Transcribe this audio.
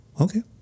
Okay